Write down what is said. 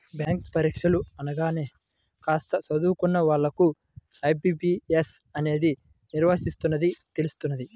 bank పరీక్షలు అనగానే కాస్త చదువుకున్న వాళ్ళకు ఐ.బీ.పీ.ఎస్ అనేది నిర్వహిస్తుందని తెలుస్తుంది